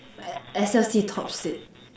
but S_L_C tops it